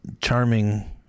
charming